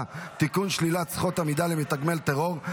(תיקון שלילת זכות עמידה למתגמל טרור),